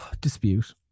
dispute